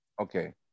okay